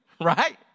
Right